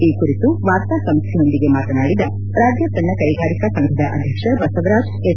ಈ ಕುರಿತು ವಾರ್ತಾ ಸಂಸ್ಥೆಯೊಂದಿಗೆ ಮಾತನಾಡಿದ ರಾಜ್ಯ ಸಣ್ಣ ಕೈಗಾರಿಕಾ ಸಂಘದ ಅಧ್ಯಕ್ಷ ಬಸವರಾಜ್ ಎಸ್